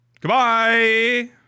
Goodbye